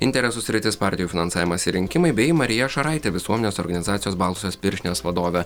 interesų sritys partijų finansavimas ir rinkimai bei marija šaraitė visuomenės organizacijos baltosios pirštinės vadovė